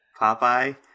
Popeye